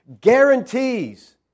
guarantees